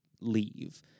leave